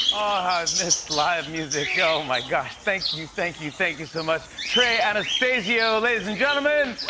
i've missed live music. oh, my gosh. thank you, thank you, thank you so much. trey anastasio, ladies and gentlemen.